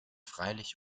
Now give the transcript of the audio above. freilich